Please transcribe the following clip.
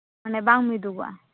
ᱢᱟᱱᱮ ᱵᱟᱝ ᱢᱤᱫᱩᱜᱚᱜᱼᱟ